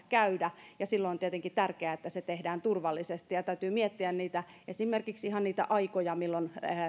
käydä ja silloin on tietenkin tärkeää että se tehdään turvallisesti ja täytyy miettiä esimerkiksi ihan niitä aikoja milloin